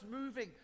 moving